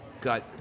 got